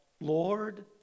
Lord